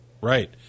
Right